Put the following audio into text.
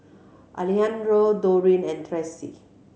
Alejandro Dorene and Tressie